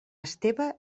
esteve